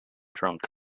drunk